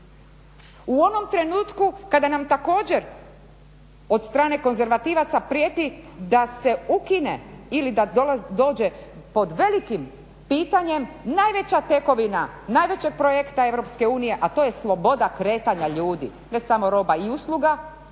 U onom trenutku kada nam također od strane konzervativaca prijeti da se ukine ili da dođe pod velikim pitanjem najveća tekovina najvećeg projekta Europske unije, a to je sloboda kretanja ljudi, ne samo roba i usluga